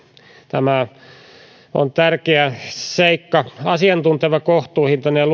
tämä on tärkeä seikka asiantunteva kohtuuhintainen